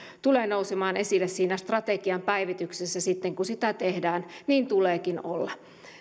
tulee nousemaan esille strategian päivityksessä sitten kun sitä tehdään niin tuleekin olla